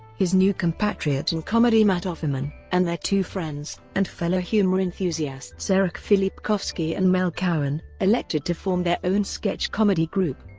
his new compatriot in and comedy matt offerman, and their two friends and fellow humor enthusiasts eric filipkowski and mel cowan, elected to form their own sketch comedy group.